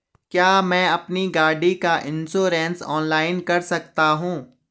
क्या मैं अपनी गाड़ी का इन्श्योरेंस ऑनलाइन कर सकता हूँ?